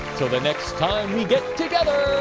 til the next time we get together,